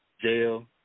jail